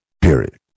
period